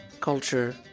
Culture